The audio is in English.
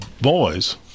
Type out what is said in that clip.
boys